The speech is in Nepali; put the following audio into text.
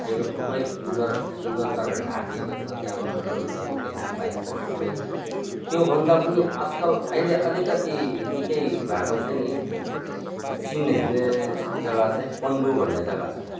डेलो खुबै सुन्दर सुन्दरताले ढाकेको छ त्याँबाड रमितहरू पनि देख्न पाइन्छ सबै त्योभन्दा पनि आजकल अहिले अलिकति निकै भएको चाहिँ नि सिन हेर्ने जग्गा चाहिँ पन्बू भन्ने जग्गा छ